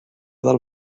del